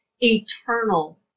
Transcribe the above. eternal